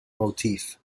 motif